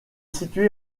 située